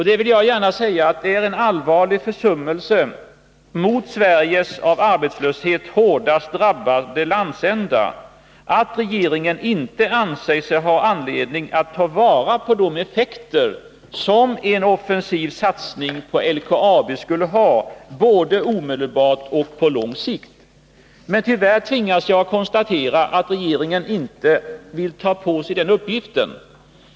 Det är en allvarlig försummelse mot Sveriges av arbetslöshet hårdast drabbade landsända att regeringen inte anser sig ha anledning att ta vara på de effekter som en offensiv satsning på LKAB skulle ha — både omedelbart och på lång sikt. Men tyvärr tvingas jag konstatera att regeringen inte vill ta på sig den uppgiften.